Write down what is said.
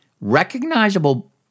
recognizable